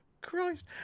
christ